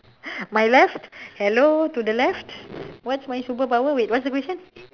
my left hello to the left what's my superpower wait what's the question